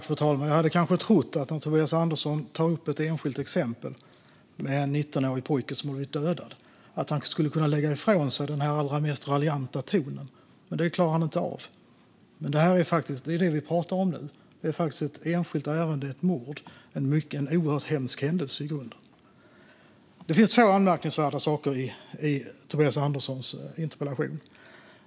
Fru talman! Jag hade kanske trott att Tobias Andersson, när han tar upp ett enskilt exempel med en 19-årig pojke som har blivit dödad, skulle kunna lägga ifrån sig denna mest raljanta ton. Men det klarar han inte av. Men det är det som vi talar om nu. Det är faktiskt ett enskilt ärende - ett mord. Det är i grunden en oerhört hemsk händelse. Det finns två anmärkningsvärda saker i Tobias Anderssons interpellation.